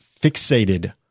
fixated